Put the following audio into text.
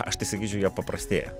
aš tai sakyčiau jie paprastėja